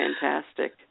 fantastic